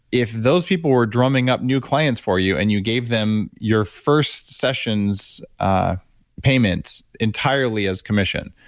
if those people were drumming up new clients for you and you gave them your first session's ah payment entirely as commission,